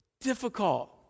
difficult